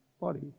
body